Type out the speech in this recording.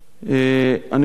אני חושב,